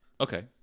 okay